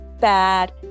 bad